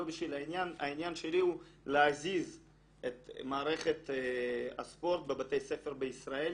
העניין שלי הוא להזיז את מערכת הספורט בבתי הספר בישראל,